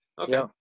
Okay